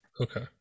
Okay